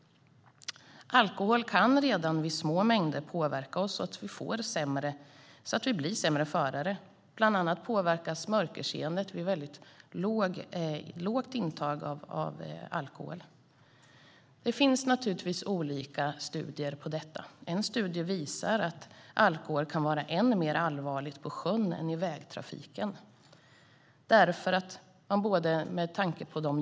Alkohol kan redan vid små mängder påverka oss så att vi blir sämre förare. Bland annat påverkas mörkerseendet redan vid väldigt lågt intag av alkohol. Det finns naturligtvis olika studier på detta. En studie visar att alkoholintag kan vara än allvarligare på sjön än i vägtrafiken.